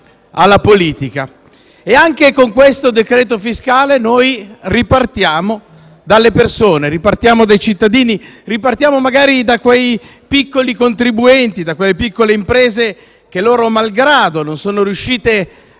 Anche con il decreto fiscale in esame ripartiamo dalle persone, dai cittadini e magari da quei piccoli contribuenti, da quelle piccole imprese che loro malgrado non sono riuscite a